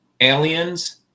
aliens